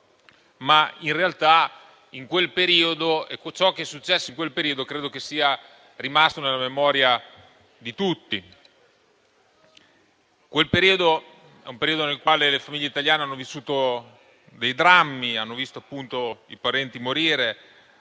ma in realtà ciò che è successo in quel periodo credo che sia rimasto nella memoria di tutti. È stato un periodo nel quale le famiglie italiane hanno vissuto dei drammi, hanno visto i parenti morire,